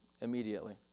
immediately